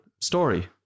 story